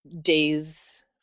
days